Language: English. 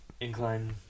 incline